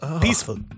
Peaceful